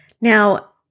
Now